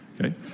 okay